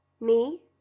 Me